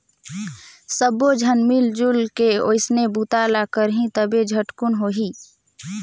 सब्बो झन मिलजुल के ओइसने बूता ल करही तभे झटकुन होही